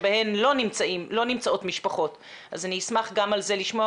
השנה אנחנו גם עושים